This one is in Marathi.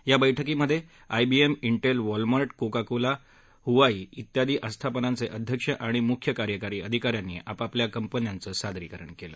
या बैठकीमधे I B M Intel Walmart Coca Cola Huawei तेयादी आस्थापनांचे अध्यक्ष आणि मुख्य कार्यकारी अधिका यांनी आपआपल्या कल्पनांचं सादरीकरण केलं